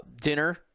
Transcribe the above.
dinner